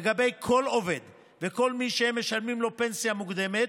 לגבי כל עובד וכל מי שמשלמים לו פנסיה מוקדמת.